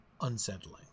unsettling